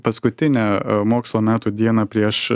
paskutinę mokslo metų dieną prieš